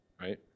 right